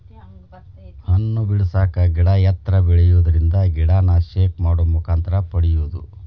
ಹಣ್ಣ ಬಿಡಸಾಕ ಗಿಡಾ ಎತ್ತರ ಬೆಳಿಯುದರಿಂದ ಗಿಡಾನ ಶೇಕ್ ಮಾಡು ಮುಖಾಂತರ ಪಡಿಯುದು